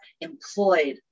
employed